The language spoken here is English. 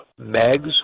Megs